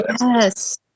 Yes